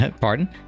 pardon